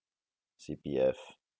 C_P_F